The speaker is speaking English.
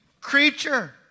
creature